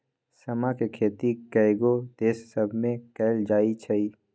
समा के खेती कयगो देश सभमें कएल जाइ छइ